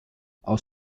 aus